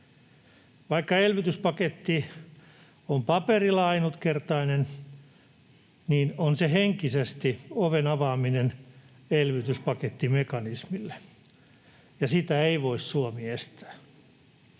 Vaikka elpymispaketti on paperilla ainutkertainen, niin on se henkisesti oven avaaminen elpymispakettimekanismille, ja sitä ei voi Suomi estää.